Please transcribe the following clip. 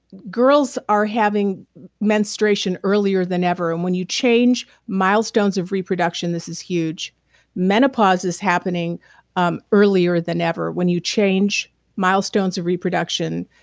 girls are having menstruation earlier than ever. and when you change milestones of reproduction, this is huge menopause is happening um earlier than ever. when you change milestones of reproduction,